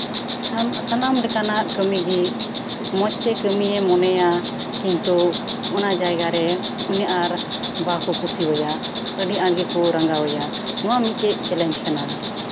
ᱥᱟᱢ ᱥᱟᱱᱟᱢ ᱞᱮᱠᱟᱱᱟᱜ ᱠᱟᱢᱤ ᱜᱮ ᱢᱚᱸᱡᱽ ᱛᱮ ᱠᱟᱢᱤᱭᱮ ᱢᱚᱱᱮᱭᱟ ᱠᱤᱱᱛᱩ ᱚᱱᱟ ᱡᱟᱭᱜᱟ ᱨᱮ ᱩᱱᱤ ᱟᱨ ᱵᱟᱠᱚ ᱠᱩᱥᱤ ᱟᱭᱟ ᱟᱰᱤ ᱟᱸᱴ ᱜᱮᱠᱚ ᱨᱟᱸᱜᱟᱣᱟᱭᱟ ᱱᱚᱶᱟ ᱢᱤᱫᱴᱮᱱ ᱪᱮᱞᱮᱧᱡᱽ ᱠᱟᱱᱟ